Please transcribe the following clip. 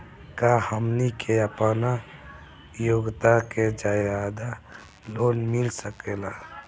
का हमनी के आपन योग्यता से ज्यादा लोन मिल सकेला?